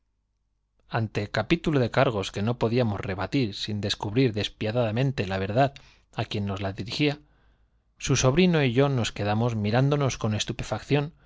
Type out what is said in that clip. ante capítulo de cargos que no podíamos rebatir sin descubrir desapiadadamente la verdad á quien nos los dirigía su sobrino y yo nos quedamos mirán donos con